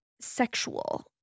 sexual